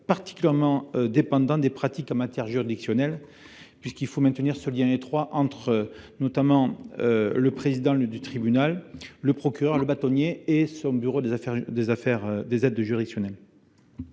particulièrement dépendant des pratiques en matière juridictionnelle puisqu'il faut maintenir ce lien étroit entre notamment le président du tribunal, le procureur, le bâtonnier et son bureau des affaires des